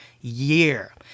year